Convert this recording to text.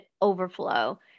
overflow